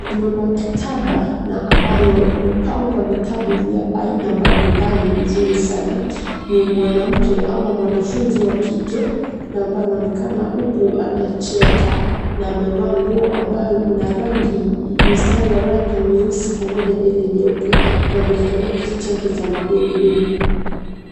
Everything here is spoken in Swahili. Kwenye maktaba na ambayo imepangwa vitabu vya aina mbalimbali vizuri sana ni mwanamke ama mwanafunzi wa kike na ambaye anaonekana huku anacheka na amevaa nguo ambayo ina mistari ya rangi nyeusi pamoja na ile nyeupe. Na amekikalia kiti chake cha magurudumu.